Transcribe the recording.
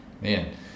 man